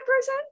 person